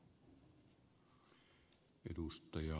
arvoisa puhemies